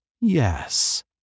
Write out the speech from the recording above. Yes